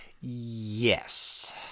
yes